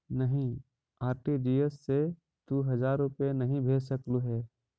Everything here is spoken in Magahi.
नहीं, आर.टी.जी.एस से तू हजार रुपए नहीं भेज सकलु हे